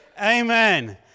Amen